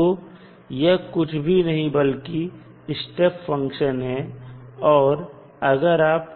तो यह कुछ भी नहीं बल्कि स्टेप फंक्शन है और अगर आप